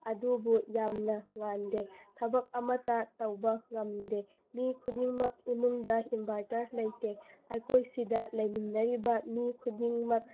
ꯑꯗꯨꯕꯨ ꯌꯥꯝꯅ ꯉꯥꯟꯗꯦ ꯊꯕꯛ ꯑꯃꯇ ꯇꯧꯕ ꯉꯝꯗꯦ ꯃꯤ ꯈꯨꯗꯤꯡꯃꯛ ꯏꯃꯨꯡꯗ ꯏꯟꯕꯥꯏꯇꯔ ꯂꯩꯇꯦ ꯑꯩꯈꯣꯏ ꯁꯤꯗ ꯂꯩꯃꯤꯟꯅꯔꯤꯕ ꯃꯤ ꯈꯨꯗꯤꯡꯃꯛ